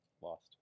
Lost